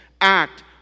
act